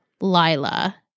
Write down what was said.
Lila